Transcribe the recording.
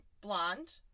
blonde